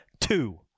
two